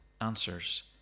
answers